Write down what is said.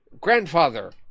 grandfather